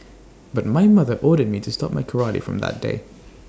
but my mother ordered me to stop my karate from that day